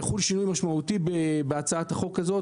אנ מקווה שזה יגיע לוועדה הזאת ויחול שינוי משמעותי בהצעת החוק הזו